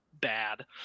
bad